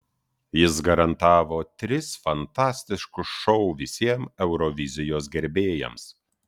jis garantavo tris fantastiškus šou visiems eurovizijos gerbėjams